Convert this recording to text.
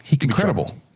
incredible